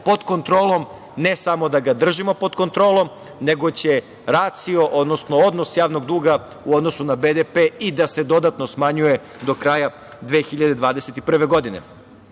pod kontrolom. Ne, samo da ga držimo pod kontrolom, nego će racio, odnosno javnog duga u odnosu na BDP i da se dodatno smanjuje do kraja 2021. godine. Kada